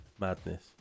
Madness